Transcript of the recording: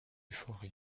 forez